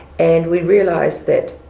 and we realized that